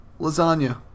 lasagna